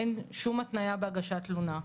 אין שום התניה בהגשת תלונה.